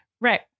Right